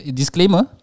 Disclaimer